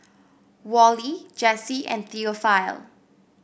Wally Jesse and Theophile